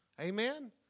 Amen